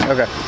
Okay